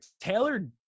Taylor